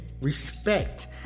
respect